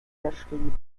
verschrieben